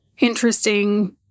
interesting